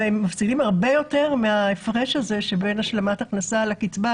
והם מפסידים הרבה יותר מההפרש הזה שבין השלמת הכנסה לקצבה,